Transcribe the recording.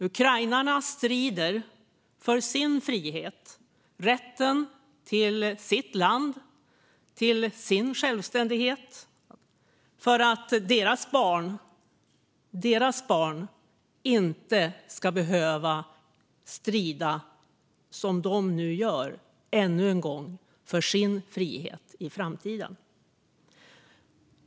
Ukrainarna strider för sin frihet och rätten till sitt land och sin självständighet för att deras barn inte ska behöva strida för sin frihet ännu en gång i framtiden som de själva nu gör.